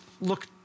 look